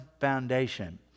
foundation